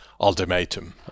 ultimatum